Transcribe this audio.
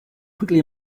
quickly